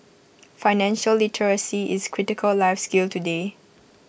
financial literacy is A critical life skill today